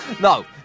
No